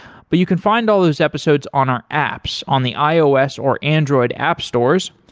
but you can find all those episodes on our apps, on the ios or android app stores.